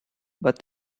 but